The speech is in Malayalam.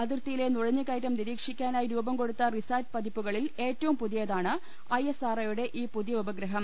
അതിർത്തിയിലെ നുഴഞ്ഞുകയറ്റം നിരീക്ഷിക്കാ നായി രൂപം കൊടുത്ത റിസാറ്റ് പതിപ്പുകളിൽ ഏറ്റവും പുതിയ താണ് ഐ എസ് ആർ ഒയുടെ ഈ പുതിയ ഉപഗ്രഹം